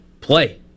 play